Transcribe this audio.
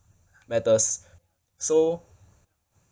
matters so